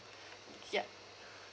ya